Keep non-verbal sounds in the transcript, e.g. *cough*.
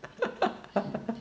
*laughs*